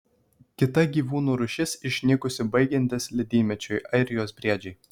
kita gyvūnų rūšis išnykusi baigiantis ledynmečiui airijos briedžiai